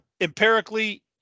empirically